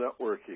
networking